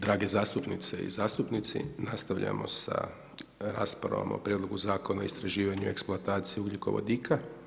Drage zastupnice i zastupnici nastavljamo sa raspravom o Prijedlogu zakona o istraživanju eksploatacije ugljikovodika.